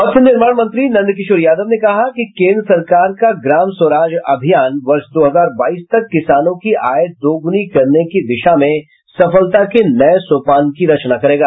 पथ निर्माण मंत्री नंदकिशोर यादव ने कहा कि केंद्र सरकार का ग्राम स्वराज्य अभियान वर्ष दो हजार बाईस तक किसानों की आय दुगुनी करने की दिशा में सफलता के नये सोपान की रचना करेगा